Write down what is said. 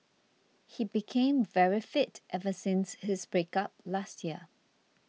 he became very fit ever since his breakup last year